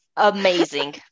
Amazing